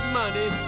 money